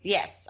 Yes